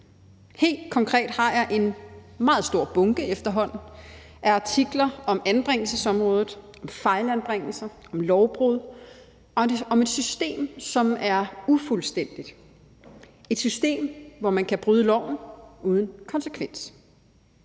Helt konkret har jeg efterhånden en meget stor bunke af artikler om anbringelsesområdet, om fejlanbringelser, om lovbrud og om et system, som er ufuldstændigt – et system, hvor man kan bryde loven, uden at det